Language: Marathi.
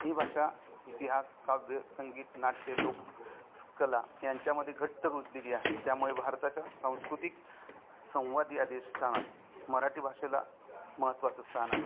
ही भाषा इतिहास काव्य संगीत नाट्य लोक कला यांच्यामध्ये घट्ट रुजलेली आहे त्यामुळे भारताच्या सांस्कृतिक संवाद या मराठी भाषेला महत्त्वाचं स्थान आहे